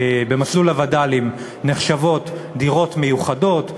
במסלול הווד"לים נחשבות דירות מיוחדות,